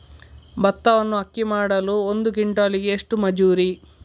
ಭತ್ತವನ್ನು ಅಕ್ಕಿ ಮಾಡಲು ಒಂದು ಕ್ವಿಂಟಾಲಿಗೆ ಎಷ್ಟು ಮಜೂರಿ?